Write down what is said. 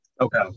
Okay